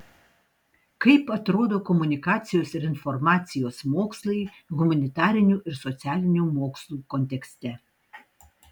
kaip atrodo komunikacijos ir informacijos mokslai humanitarinių ir socialinių mokslų kontekste